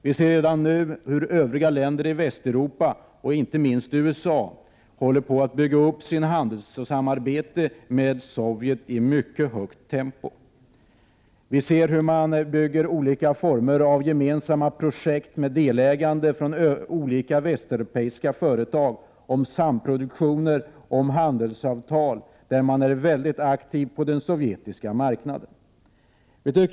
Vi ser redan nu hur övriga länder i Västeuropa och inte minst USA håller på att bygga upp handelssamarbete med Sovjet i ett mycket högt tempo. Det startas olika former av gemensamma projekt, med delägande från olika västeuropeiska företag, samproduktioner och handelsavtal, där länderna är mycket aktiva på den sovjetiska marknaden.